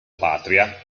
patria